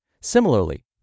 Similarly